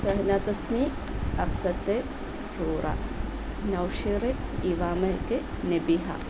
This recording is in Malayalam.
സഹന തസ്മി അഫ്സത്ത് സൂറ നൗഷർ ഇവാമെഹ്ക്ക് നെബിഹ